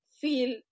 feel